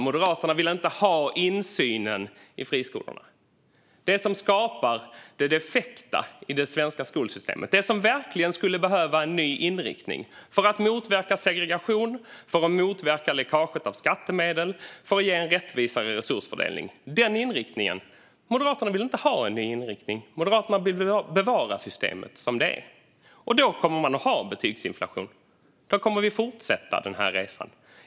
Moderaterna vill inte ha insyn i friskolorna - allt detta som skapar det defekta i det svenska skolsystemet, som verkligen skulle behöva en ny inriktning för att motverka segregation, för att motverka läckaget av skattemedel och för att ge en rättvisare resursfördelning. Den inriktningen vill Moderaterna inte ha. Moderaterna vill bevara systemet som det är. Då kommer man att ha betygsinflation. Då kommer vi att fortsätta den här resan.